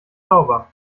sauber